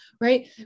right